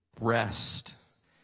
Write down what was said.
Rest